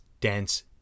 dense